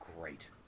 great